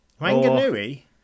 Wanganui